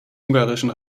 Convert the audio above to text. ungarischen